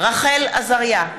רחל עזריה,